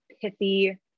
pithy